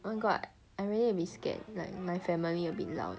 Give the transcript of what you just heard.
oh my god I really be scared like my family a bit loud